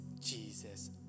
Jesus